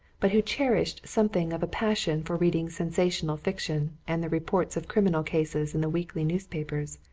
but who cherished something of a passion for reading sensational fiction and the reports of criminal cases in the weekly newspapers,